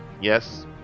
yes